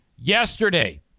Yesterday